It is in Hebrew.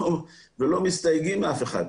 ולא מסתייגים מאף אחד.